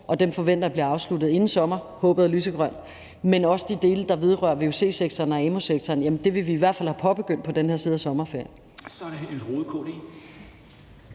Jeg forventer, at de bliver afsluttet inden sommer – håbet er jo lysegrønt. Med hensyn til de dele, der vedrører vuc-sektoren og emu-sektoren, vil vi i hvert fald have påbegyndt dem på den her side af sommerferien.